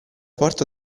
porta